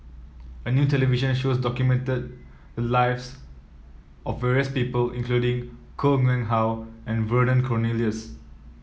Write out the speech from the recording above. a new television show documented the lives of various people including Koh Nguang How and Vernon Cornelius